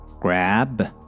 grab